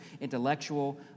intellectual